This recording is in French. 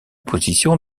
position